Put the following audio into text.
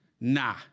nah